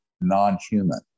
non-human